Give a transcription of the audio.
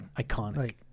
iconic